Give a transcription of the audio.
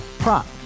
Prop